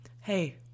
Hey